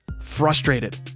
frustrated